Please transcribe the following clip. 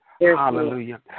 Hallelujah